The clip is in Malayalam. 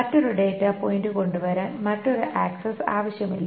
മറ്റൊരു ഡാറ്റ പോയിന്റ് കൊണ്ടുവരാൻ മറ്റൊരു ആക്സസ് ആവശ്യമില്ല